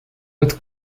autre